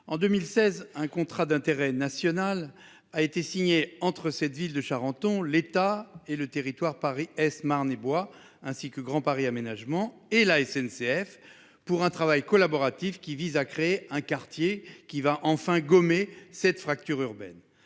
en 2016 un contrat d'intérêt national, a été signé entre cette ville de Charenton, l'État et le territoire Paris-Est Marne boit ainsi que Grand Paris Aménagement et la SNCF pour un travail collaboratif qui vise à créer un quartier qui va enfin gommé cette fracture urbaine.